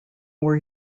were